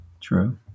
true